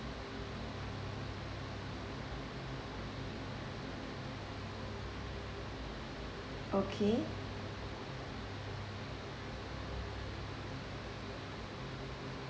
okay